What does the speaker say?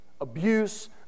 abuse